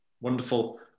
Wonderful